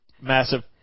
massive